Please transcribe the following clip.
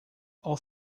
all